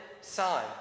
sign